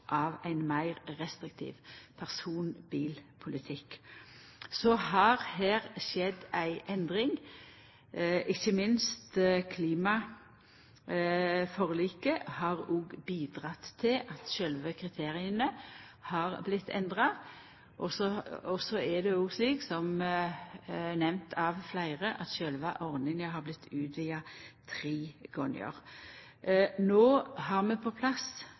av ein meir restriktiv personbiltrafikk. Så har det skjedd ei endring her. Ikkje minst klimaforliket har bidrege til at sjølve kriteria har vorte endra. Og så er det jo óg slik – som nemnt av fleire – at sjølve ordninga har vorte utvida tre gonger. No har vi på plass